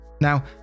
Now